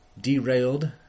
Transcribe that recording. Derailed